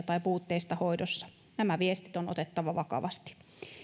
tai puutteista hoidossa nämä viestit on otettava vakavasti